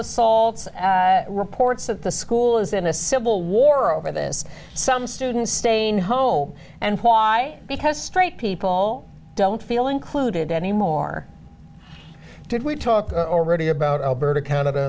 assaults reports that the school is in a civil war over this some students staying home and why because straight people don't feel included anymore did we talk already about alberta canada